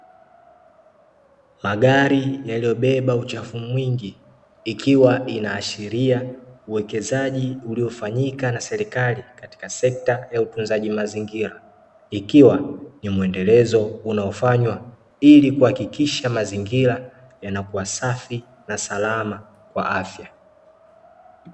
Magari yaliyobeba uchafu mwingi ikiwa inaashiria uwekezaji uliofanyika na serikali katika sekta ya utunzaji mazingira. Ikiwa ni mwendelezo unaofanywa ili kuhakikisha mazingira yanakuwa safi na salama kwa afya.